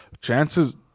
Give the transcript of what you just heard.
chances